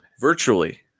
virtually